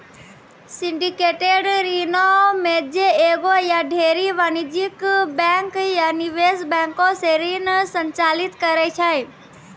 syndicated ऋणो मे जे एगो या ढेरी वाणिज्यिक बैंक या निवेश बैंको से ऋण संचालित करै छै